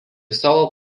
savo